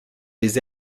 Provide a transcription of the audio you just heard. des